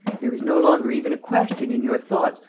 there is no longer even a question, in your thoughts,